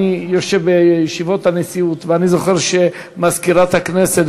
אני יושב בישיבות הנשיאות ואני זוכר שמזכירת הכנסת,